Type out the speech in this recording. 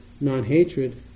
non-hatred